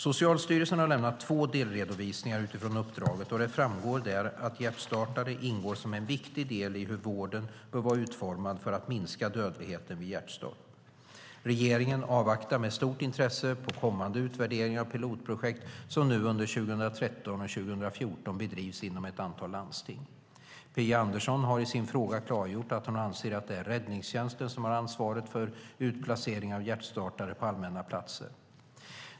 Socialstyrelsen har lämnat två delredovisningar utifrån uppdraget, och det framgår där att hjärtstartare ingår som en viktig del i hur vården bör vara utformad för att minska dödligheten vid hjärtstopp. Regeringen avvaktar med stort intresse kommande utvärderingar av de pilotprojekt som nu under 2013 och 2014 bedrivs inom ett antal landsting. Phia Andersson har i sin fråga klargjort att hon anser att det är räddningstjänsten som har ansvaret för utplacering av hjärtstartare på allmänna platser.